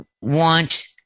want